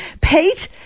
Pete